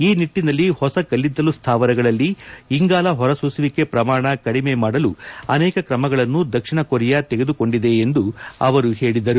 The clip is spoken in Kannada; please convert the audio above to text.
ಈ ನಿಟ್ಟಿನಲ್ಲಿ ಹೊಸ ಕಲ್ಲಿದ್ದಲು ಸ್ಟಾವರಗಳಲ್ಲಿ ಇಂಗಾಲ ಹೊರಸೂಸುವಿಕೆ ಪ್ರಮಾಣ ಕಡಿಮೆ ಮಾಡಲು ಅನೇಕ ಕ್ರಮಗಳನ್ನು ತೆಗೆದುಕೊಂಡಿದೆ ಎಂದು ಹೇಳಿದರು